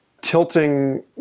tilting